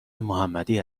محمدی